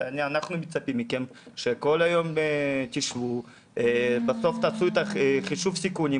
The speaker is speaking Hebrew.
אנחנו מצפים מכם שכל היום תשבו ובסוף תעשו את חישוב הסיכונים,